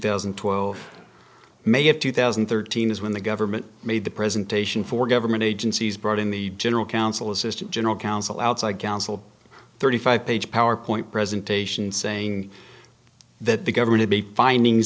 thousand and twelve may have two thousand and thirteen as when the government made the presentation for government agencies brought in the general counsel assistant general counsel outside counsel thirty five page power point presentation saying that the government to be finding